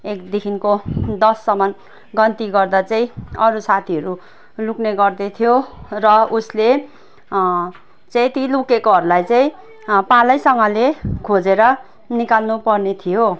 एकदेखिको दससम्म गन्ती गर्दा चाहिँ अरू साथीहरू लुक्ने गर्दै थियो र उसले चाहिँ ती लुकेकोहरूलाई चाहिँ पालैसँगले खोजेर निकाल्नुपर्ने थियो